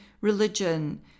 religion